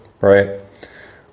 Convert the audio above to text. right